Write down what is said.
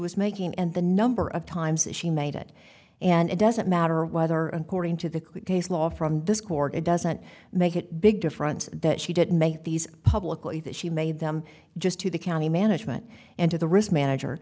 was making and the number of times that she made it and it doesn't matter whether according to the case law from this court it doesn't make it big difference that she didn't make these publicly that she made them just to the county management and to the risk manager